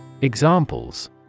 Examples